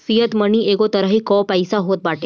fiat money एगो तरही कअ पईसा होत बाटे